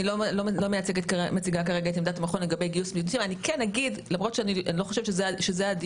אני לא מציגה כרגע את עמדת המכון לגבי גיוס בני מעוטים.